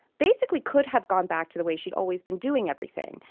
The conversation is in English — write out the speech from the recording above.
basically could have gone back to the way she'd always been doing everything.